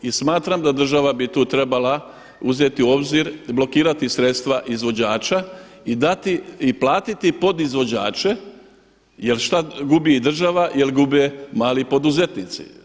I smatram da država bi tu trebala uzeti u obzir, blokirati sredstava izvođača i dati i platiti podizvođače jel šta gubi država, jel gube mali poduzetnici.